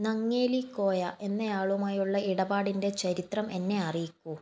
നങ്ങേലി കോയ എന്നയാളുമായുള്ള ഇടപാടിൻ്റെ ചരിത്രം എന്നെ അറിയിക്കൂ